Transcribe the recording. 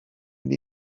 mynd